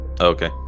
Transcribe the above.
Okay